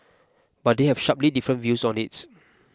but they have sharply different views on its